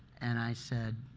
and i said,